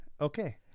Okay